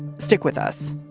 stick with us